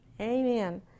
Amen